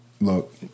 look